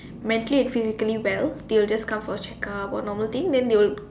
mentally and physically well they will just come for checkup or normal thing then they will